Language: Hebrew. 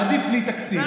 עדיף בלי תקציב.